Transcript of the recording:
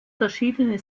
verschiedene